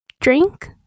drink